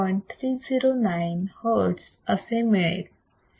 309 hertz असे मिळेल